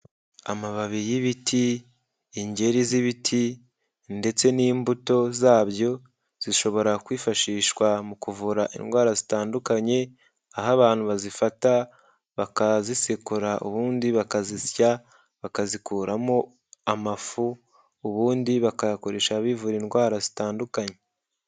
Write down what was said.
Amababi y'ibiti, ingeri z'ibiti, ndetse n'imbuto zabyo zishobora kwifashishwa mu kuvura indwara zitandukanye, aho abantu bazifata bakazisekura ubundi bakazisya bakazikuramo amafu, ubundi bakayakoresha bivura indwara zitandukanye.